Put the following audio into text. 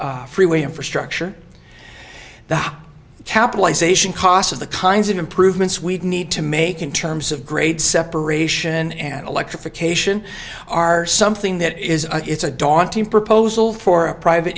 reg freeway infrastructure the capitalization cost of the kinds of improvements we'd need to make in terms of grade separation and electrification are something that is it's a daunting proposal for a private